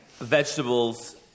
Vegetables